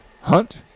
Hunt